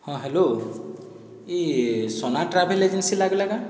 ହଁ ହ୍ୟାଲୋ ଇଏ ସନା ଟ୍ରାଭେଲ ଏଜେନ୍ସି ଲାଗଲା କାଁ